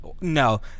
No